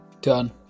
done